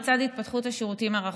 בצד התפתחות השירותים מרחוק,